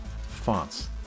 fonts